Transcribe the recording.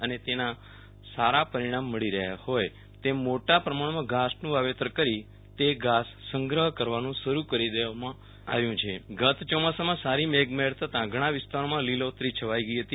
અને તેના સારા પરિણામ મળી રહ્યા હોય તેમ મોટા પ્રમાણમાં ઘાસનું વાવેતર કરી તે ઘાસ સંગ્ર કરવાનું શરૂ કરી દેવામાં આવ્યુ છે ગત ચોમાસામાં સારી મેઘમહેર થતાં ઘણા વિસ્તારોમાં લીલોતરી છવાઈ ગઈ હતી